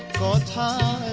da da